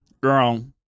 Girl